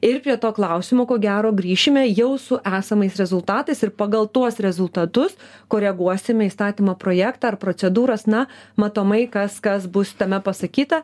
ir prie to klausimo ko gero grįšime jau su esamais rezultatais ir pagal tuos rezultatus koreguosime įstatymo projektą ar procedūras na matomai kas kas bus tame pasakyta